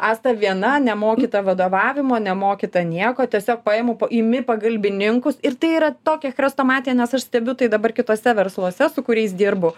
asta viena nemokyta vadovavimo nemokyta nieko tiesiog paimu imi pagalbininkus ir tai yra tokia chrestomatija nes aš stebiu tai dabar kituose versluose su kuriais dirbu